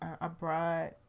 abroad